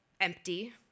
empty